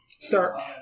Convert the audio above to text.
start